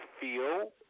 feel